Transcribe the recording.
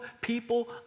people